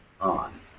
on